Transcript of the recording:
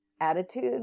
attitude